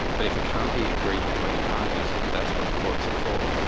but if it can't be agreed between the parties, that's what the courts are for.